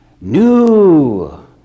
new